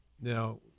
Now